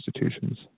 institutions